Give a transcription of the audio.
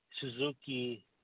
Suzuki